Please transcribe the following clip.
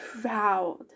proud